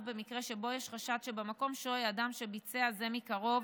במקרה שבו יש חשד שבמקום שוהה אדם שביצע זה מקרוב